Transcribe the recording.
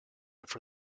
for